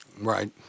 Right